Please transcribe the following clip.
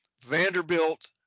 Vanderbilt